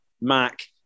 Mac